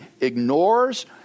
ignores